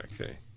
okay